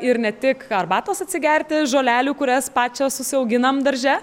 ir ne tik arbatos atsigerti žolelių kurias pačios užsiauginam darže